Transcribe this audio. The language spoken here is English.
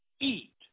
eat